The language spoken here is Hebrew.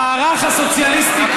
המערך הסוציאליסטי,